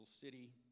city